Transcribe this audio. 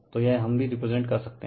तो यह हम भी रिप्रेजेंट कर सकते हैं